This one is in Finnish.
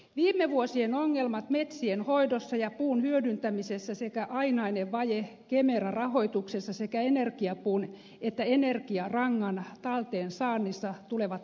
viime vuosien ongelmat metsien hoidossa ja puun hyödyntämisessä sekä ainainen vaje kemera rahoituksessa sekä energiapuun että energiarangan talteensaannissa tulevat jatkumaan